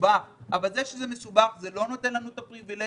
מסובך אבל זה שזה מסובך לא נותן לנו את הפריבילגיה